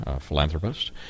philanthropist